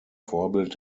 vorbild